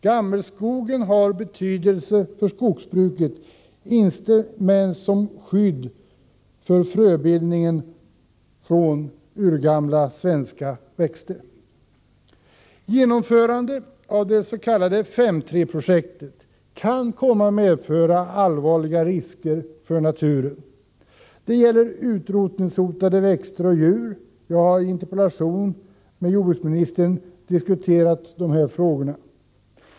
Gammelskogen har betydelse för skogsbruket, inte minst som skydd för fröbildningen för urgamla svenska växter. Genomförandet av det s.k. 5:3-projektet kan medföra allvarliga risker för naturen. Det gäller utrotningshotade växter och djur. Jag har i en interpellationsdebatt med jordbruksministern diskuterat dessa frågor.